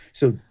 so,